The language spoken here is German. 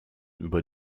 über